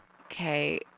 okay